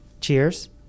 Cheers